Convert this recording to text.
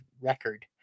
record